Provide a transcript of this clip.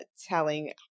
telling